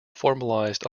formalized